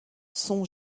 son